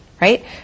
right